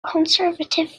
conservative